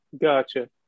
Gotcha